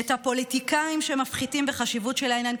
את הפוליטיקאים שמפחיתים בחשיבות של העניין,